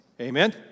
Amen